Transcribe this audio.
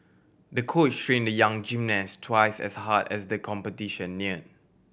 the coach train the young gymnast twice as hard as the competition near